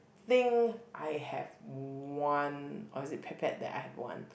think I have a one or is it Petpet that I have one